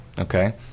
Okay